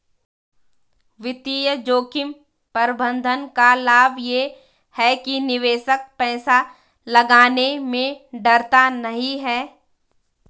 वित्तीय जोखिम प्रबंधन का लाभ ये है कि निवेशक पैसा लगाने में डरता नहीं है